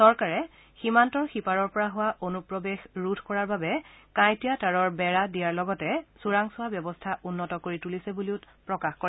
চৰকাৰে সীমান্তৰ সিপাৰৰ পৰা হোৱা অনুপ্ৰৱেশ ৰোধ কৰাৰ বাবে কাঁইটীয়া তাঁৰৰ বেৰা দিয়াৰ লগতে চোৰাংচোৱা ব্যৱস্থা উন্নত কৰি তুলিছে বুলি প্ৰকাশ কৰে